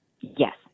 Yes